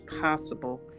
possible